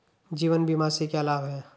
जीवन बीमा से क्या लाभ हैं?